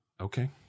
Okay